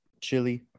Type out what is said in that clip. Chili